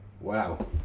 Wow